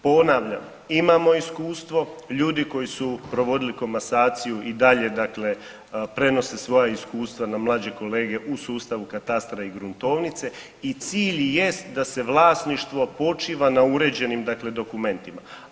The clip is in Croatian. Ponavljam, imamo iskustvo, ljudi koji su provodili komasaciju i dalje dakle prenose svoja iskustva na mlađe kolege u sustavu katastra i gruntovnice i cilj je da se vlasništvo počiva na uređenim dakle dokumentima.